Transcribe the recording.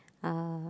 uh